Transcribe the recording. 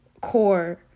core